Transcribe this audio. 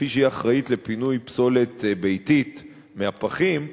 כפי שהיא אחראית לפינוי פסולת ביתית מהפחים,